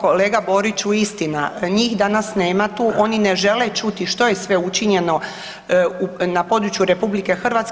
Kolega Boriću, istina, njih danas nema tu, oni ne žele čuti što je sve učinjeno na području RH